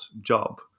job